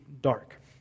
dark